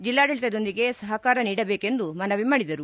ಜಿಲ್ಲಾಡಳಿತದೊಂದಿಗೆ ಸಹಕಾರ ನೀಡಬೇಕೆಂದು ಮನವಿ ಮಾಡಿದರು